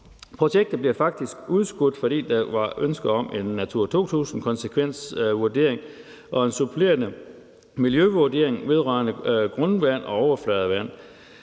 Projektet bliver faktisk udskudt, fordi der var ønske om en Natura 2000-konsekvensvurdering og en supplerende miljøvurdering vedrørende grundvand og overfladevand.